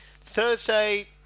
Thursday